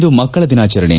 ಇಂದು ಮಕ್ಕಳ ದಿನಾಚರಣೆ